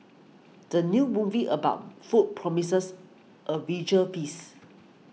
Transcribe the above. the new movie about food promises a visual feast